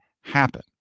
happen